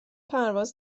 پرواز